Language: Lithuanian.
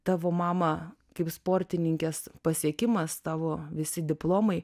tavo mama kaip sportininkės pasiekimas tavo visi diplomai